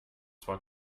zwar